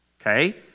okay